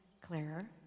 Claire